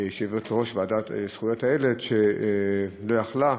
יושבת-ראש הוועדה לזכויות הילד, שלא יכלה,